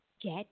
Get